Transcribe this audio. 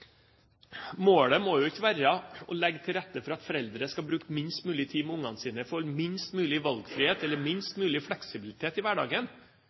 Målet må jo ikke være å legge til rette for at foreldre skal bruke minst mulig tid med ungene sine, få minst mulig valgfrihet eller minst mulig fleksibilitet i hverdagen.